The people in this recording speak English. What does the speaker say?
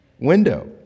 window